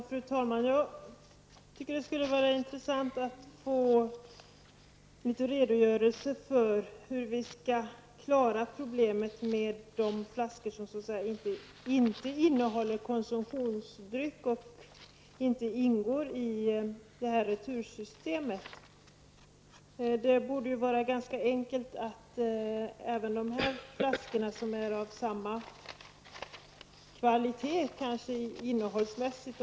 Fru talman! Jag tycker det vore intressant att få en redogörelse för hur vi skall klara problemet med de flaskor som inte innehåller konsumtionsdrycker och därmed inte ingår i detta retursystem. Det borde vara ganska enkelt att få med även dessa flaskor som innehållsmässigt kanske är av samma kvalitet.